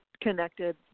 connected